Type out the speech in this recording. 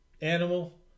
animal